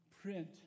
print